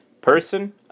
person